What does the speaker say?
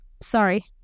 Sorry